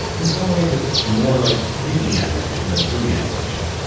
in some ways it's more like three d animation than two d animation.